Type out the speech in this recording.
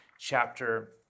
chapter